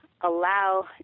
allow